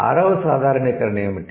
ఆరవ సాధారణీకరణ ఏమిటి